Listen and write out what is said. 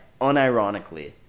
unironically